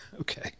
Okay